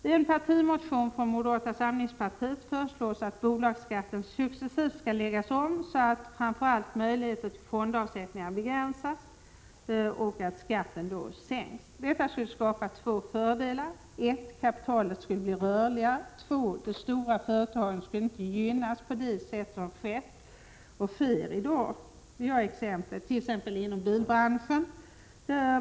I en partimotion från moderata samlingspartiet föreslås att bolagsskatten successivt skall läggas om så att framför allt möjligheter till fondavsättningar begränsas samt att skatten sänks. Detta skulle skapa två fördelar, nämligen att kapitalet blev rörligare och att de stora företagen inte gynnades på det sätt som sker och har skett inom bl.a. bilbranschen under senare år.